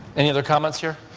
any other comments here?